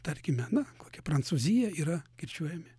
tarkime na kokia prancūzija yra kirčiuojami